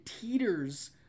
teeters